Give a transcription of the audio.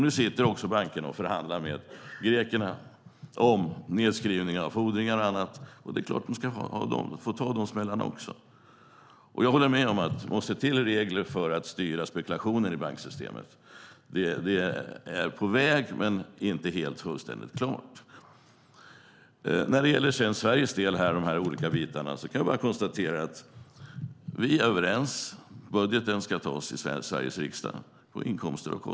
Nu förhandlar bankerna med grekerna om nedskrivningar av fordringar. Det är klart att de får ta de smällarna också. Jag håller med om att vi måste se till att ha regler för att styra spekulationer i banksystemet. Det är på väg, men inte helt klart. När det gäller Sverige kan jag bara konstatera att vi är överens. Budgeten ska tas i Sveriges riksdag.